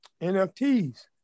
NFTs